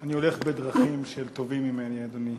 אני הולך בדרכים של טובים ממני, אדוני.